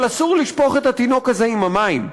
אבל אסור לשפוך את התינוק הזה עם המים.